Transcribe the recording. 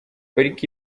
pariki